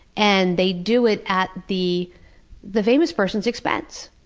and they do it at the the famous person's expense,